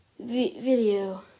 video